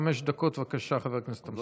חמש דקות, בבקשה, חבר הכנסת אמסלם.